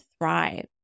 thrive